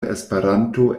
esperanto